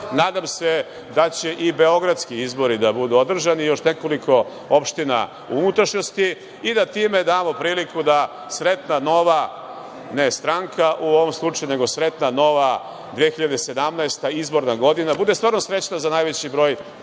Nadam se da će i beogradski izbori da budu održani, i još nekoliko opština u unutrašnjosti, i da time damo priliku da sretna nova, ne stranka, u ovom slučaju, nego sretna nova 2017. izborna godina bude stvarno srećna za najveći broj